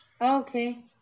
okay